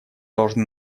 должны